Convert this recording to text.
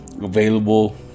Available